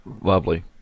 Lovely